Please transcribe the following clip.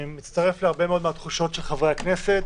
אני מצטרף להרבה מאוד מהתחושות של חברי הכנסת.